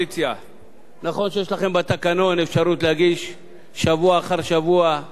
נכון שיש לכם בתקנון אפשרות להגיש שבוע אחר שבוע הצעות אי-אמון,